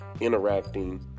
interacting